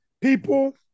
people